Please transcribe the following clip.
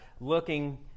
looking